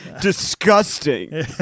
Disgusting